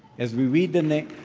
as we read the names